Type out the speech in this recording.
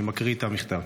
אני מקריא את המכתב: